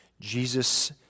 Jesus